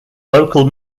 local